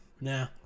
Nah